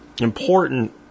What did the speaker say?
important